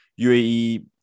UAE